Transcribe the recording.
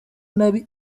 nabi